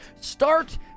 start